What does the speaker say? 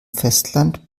festland